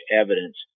evidence